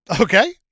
Okay